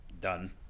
done